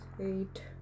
eight